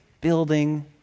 building